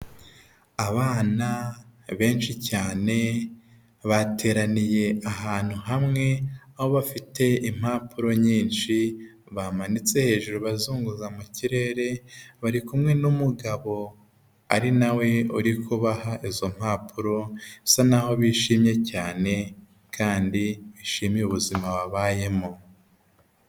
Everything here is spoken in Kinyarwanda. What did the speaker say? Abana benshi cyane, bateraniye ahantu hamwe, aho bafite impapuro nyinshi bamanitse hejuru bazunguza mu kirere, bari kumwe n'umugabo ari na we uri kubaha izo mpapuro, bisa n'aho bishimye cyane kandi bishimiye ubuzima babayemo.